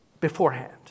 beforehand